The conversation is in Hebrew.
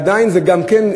זה עדיין ייזקף.